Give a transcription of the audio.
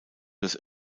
das